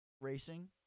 racing